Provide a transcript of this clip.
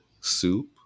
soup